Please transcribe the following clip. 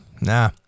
nah